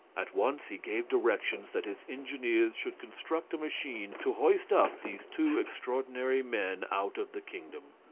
at once he gave directions that his engineers should construct a machine to hoist up these two extraordinary men out of the kingdom.